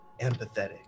empathetic